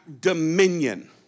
dominion